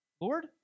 Lord